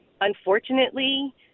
unfortunately